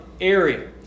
area